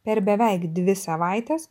per beveik dvi savaites